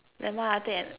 nevermind I take an